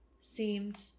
seemed